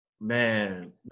Man